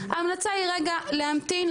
ההמלצה היא רגע להמתין,